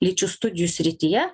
lyčių studijų srityje